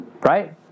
Right